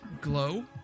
glow